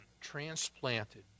transplanted